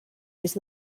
his